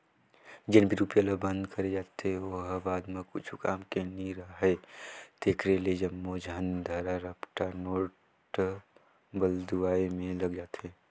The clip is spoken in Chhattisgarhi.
जेन भी रूपिया ल बंद करे जाथे ओ ह बाद म कुछु काम के नी राहय तेकरे ले जम्मो झन धरा रपटा नोट बलदुवाए में लग जाथे